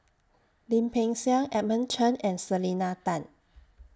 Lim Peng Siang Edmund Chen and Selena Tan